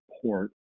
support